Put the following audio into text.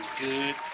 good